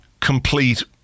complete